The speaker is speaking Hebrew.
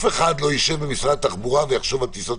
אבל אני אומרת שככל שיהיה סעיף נפרד הוא לא יכניס אותם